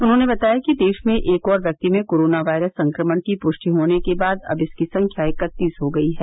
उन्होंने बताया कि देश में एक और व्यक्ति में कोरोना वायरस संक्रमण की पुष्टि होने के बाद अब इसकी संख्या इकतीस हो गई है